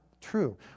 true